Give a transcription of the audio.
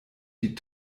die